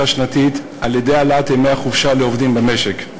שנתית על-ידי העלאת מספר ימי החופשה לעובדים במשק.